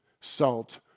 Salt